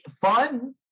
fun